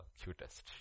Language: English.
cutest